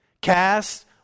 Cast